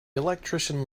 electrician